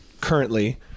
currently